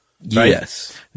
Yes